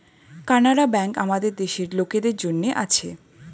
Canara bank আমাদের দেশের লোকদের জন্যে আছে